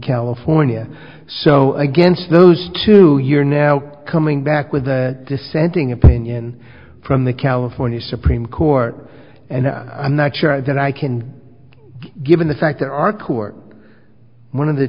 california so against those two here now coming back with a dissenting opinion from the california supreme court and i'm not sure that i can given the fact there are court one of the